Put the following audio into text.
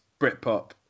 Britpop